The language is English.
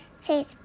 says